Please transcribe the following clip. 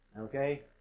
Okay